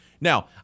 Now